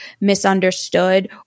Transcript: misunderstood